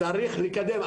צריך לקדם,